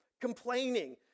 Complaining